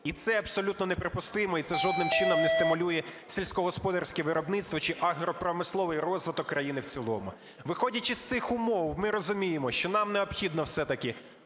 І це абсолютно неприпустимо, і це жодним чином не стимулює сільськогосподарське виробництво чи агропромисловий розвиток країни в цілому. Виходячи з цих умов, ми розуміємо, що нам необхідно все-таки